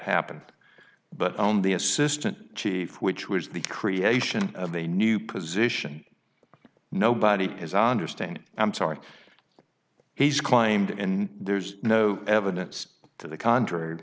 happened but on the assistant chief which was the creation of a new position nobody has understand i'm sorry he's climbed and there's no evidence to the contrary